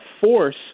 force